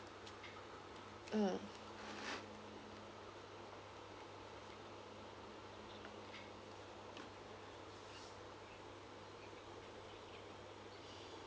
mm